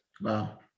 Wow